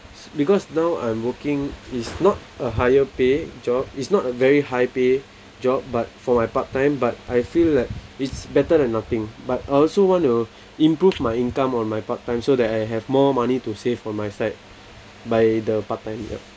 because now I'm working is not a higher pay job is not a very high pay job but for my part time but I feel like it's better than nothing but also I want to improve my income on my part time so that I have more money to save on my side by the part time yup